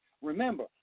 Remember